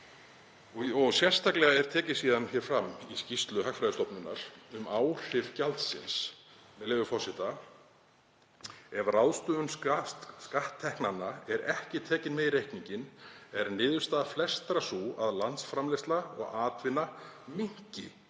er sérstaklega tekið fram í skýrslu Hagfræðistofnunar um áhrif gjaldsins, með leyfi forseta: „Ef ráðstöfun skattteknanna er ekki tekin með í reikninginn er niðurstaða flestra sú að landsframleiðsla og atvinna minnki